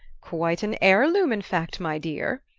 quite an heirloom, in fact, my dear,